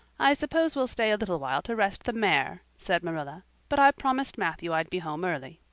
i suppose we'll stay a little while to rest the mare, said marilla, but i promised matthew i'd be home early.